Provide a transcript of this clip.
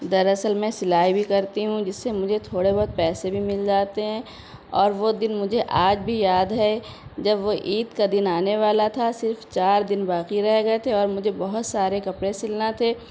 در اصل میں سلائی بھی کرتی ہوں جس سے مجھے تھوڑے بہت پیسے بھی مل جاتے ہیں اور وہ دن مجھے آج بھی یاد ہے جب وہ عید کا دن آنے والا تھا صرف چار دن باقی رہ گئے تھے اور مجھے بہت سارے کپڑے سلنا تھے